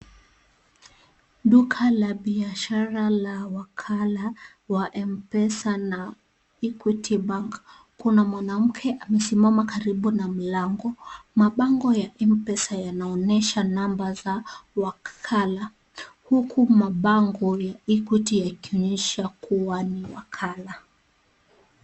Duka la biashara la wakala wa Mpesa na Equity Bank . Kuna mwanamke amesimama karibu na mlango. Mapango ya Mpesa yanaonyesha nambari za wakala huku mapango ya Equity yakionyesha kuwa ni ya wakala.